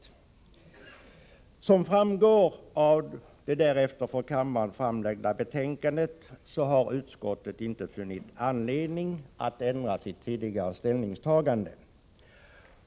Som framgår av det därefter för kammaren framlagda betänkandet har utskottet inte funnit anledning att ändra sitt tidigare ställningstagande.